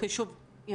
זה לא פחות.